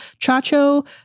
Chacho